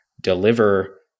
deliver